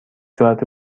ساعت